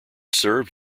served